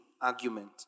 argument